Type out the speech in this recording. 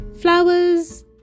Flowers